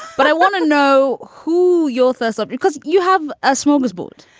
but i want to know who your thumbs up because you have a smorgasbord.